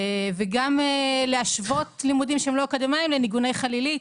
וגם להשוות לימודים שהם לא אקדמאים לניגוני חלילית,